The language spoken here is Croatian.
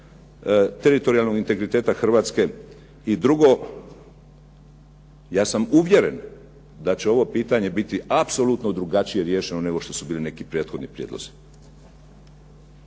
teritorijalnog integriteta Hrvatske. I drugo, ja sam uvjeren da će ovo pitanje biti apsolutno drugačije riješeno nego što su bili neki prethodni prijedlozi.